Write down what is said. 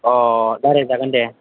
अ रायज्लाय जागोन दे